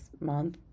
month